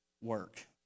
work